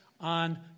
on